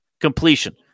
completion